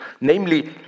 namely